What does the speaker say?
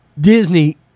Disney